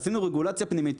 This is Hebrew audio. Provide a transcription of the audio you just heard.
עשינו רגולציה פנימית,